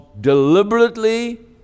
deliberately